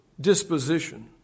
disposition